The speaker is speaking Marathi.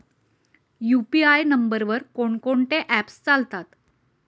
यु.पी.आय नंबरवर कोण कोणते ऍप्स चालतात?